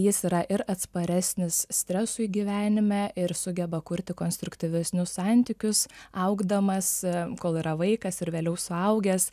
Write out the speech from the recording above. jis yra ir atsparesnis stresui gyvenime ir sugeba kurti konstruktyvesnius santykius augdamas kol yra vaikas ir vėliau suaugęs